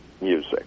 music